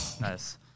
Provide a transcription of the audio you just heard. Nice